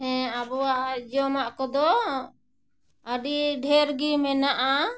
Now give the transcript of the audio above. ᱦᱮᱸ ᱟᱵᱚᱣᱟᱜ ᱡᱚᱢᱟᱜ ᱠᱚᱫᱚ ᱟᱹᱰᱤ ᱰᱷᱮᱹᱨ ᱜᱮ ᱢᱮᱱᱟᱜᱼᱟ